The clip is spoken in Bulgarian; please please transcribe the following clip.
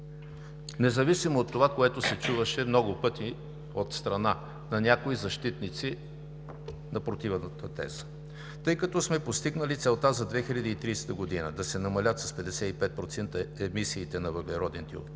независимо от това, което се чуваше много пъти от страна на някои защитници на противната теза. Тъй като сме постигнали целта за 2030 г. – да се намалят с 55% емисиите на въглероден диоксид,